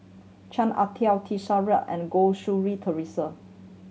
Chan Ah Kow T Sasitharan and Goh Theresa